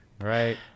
Right